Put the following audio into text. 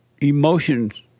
Emotions